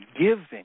giving